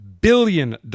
billion